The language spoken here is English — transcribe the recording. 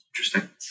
Interesting